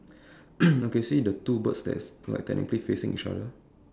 okay see the two birds that's like technically facing each other